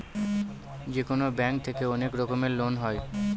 যেকোনো ব্যাঙ্ক থেকে অনেক রকমের লোন হয়